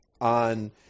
on